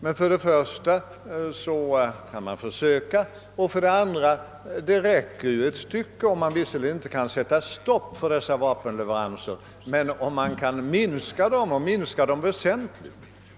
Men för det första kan man alltid försöka, och för det andra kan det väl räcka en bit om leveranserna visserligen inte stoppas men ändå minskas väsentligt.